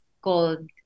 called